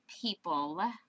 people